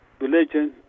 religion